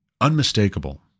unmistakable